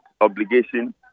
obligation